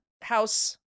house